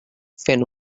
fent